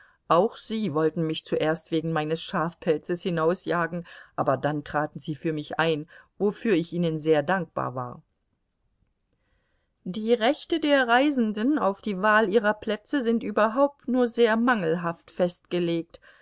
auch sie wollten mich zuerst wegen meines schafpelzes hinausjagen aber dann traten sie für mich ein wofür ich ihnen sehr dankbar war die rechte der reisenden auf die wahl ihrer plätze sind überhaupt nur sehr mangelhaft festgelegt